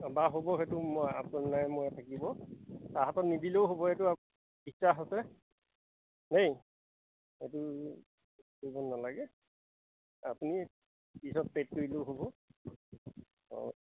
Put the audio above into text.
বা হ'ব সেইটো মই মই থাকিব তাৰা হাতত নিদিলেও হ'ব এইটো আছে দেই সেইটো কৰিব নালাগে আপুনি পিছত পেড কৰিলেও হ'ব অঁ